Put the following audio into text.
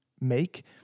make